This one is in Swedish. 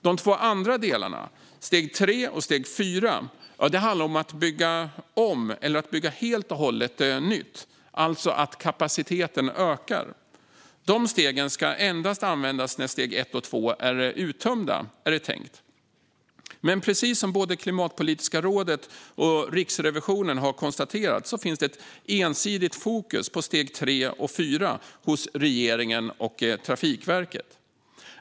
De två andra delarna, steg 3 och steg 4, handlar om att bygga om eller att bygga helt och hållet nytt, alltså att kapaciteten ökar. De stegen ska endast användas när steg 1 och 2 är uttömda, är det tänkt. Men precis som både Klimatpolitiska rådet och Riksrevisionen har konstaterat finns det ett ensidigt fokus på steg 3 och 4 hos regeringen och Trafikverket.